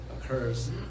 occurs